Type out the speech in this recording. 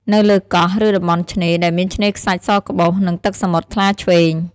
នៅលើកោះ ឬតំបន់ឆ្នេរ ដែលមានឆ្នេរខ្សាច់សក្បុស និងទឹកសមុទ្រថ្លាឈ្វេង។